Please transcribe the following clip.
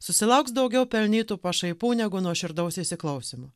susilauks daugiau pelnytų pašaipų negu nuoširdaus įsiklausymo